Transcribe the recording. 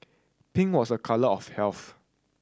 pink was a colour of health